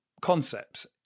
concepts